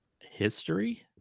history